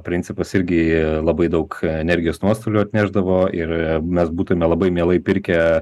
principas irgi labai daug energijos nuostolių atnešdavo ir mes būtume labai mielai pirkę